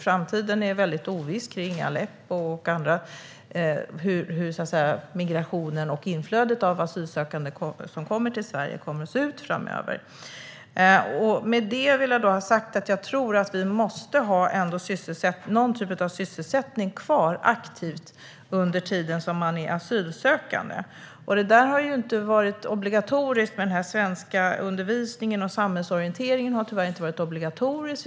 Framtiden är oviss när det gäller till exempel Aleppo och hur migrationen och inflödet av asylsökande till Sverige blir. Jag tror att vi därför måste ha någon typ av sysselsättning kvar aktivt under tiden som man är asylsökande. Svenskundervisningen och samhällsorienteringen har tyvärr inte varit obligatorisk.